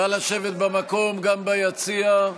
נא לשבת במקום, גם ביציע.